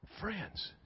friends